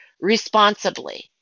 responsibly